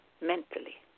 mentally